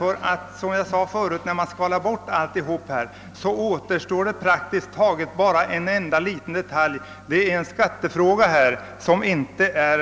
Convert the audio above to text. När man skalar bort de frågor som redan är föremål för utredningar återstår, som jag tidigare sade, praktiskt taget endast en liten detalj, en skattefråga, som varken är